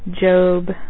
Job